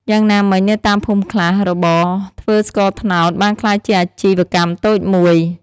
យ៉ាងណាមិញ នៅតាមភូមិខ្លះ របរធ្វើស្ករត្នោតបានក្លាយជាអាជីវកម្មតូចមួយ។